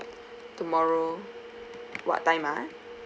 tomorrow what time ah